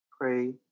pray